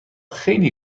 خیلی